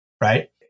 right